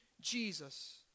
Jesus